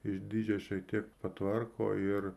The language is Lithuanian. išdidžią šiek tiek patvarko ir